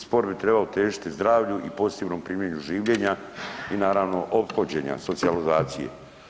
Sport bi trebao težiti zdravlju i pozitivnom primjeru življenja i naravno ophođenja, socijalizacije.